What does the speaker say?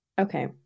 okay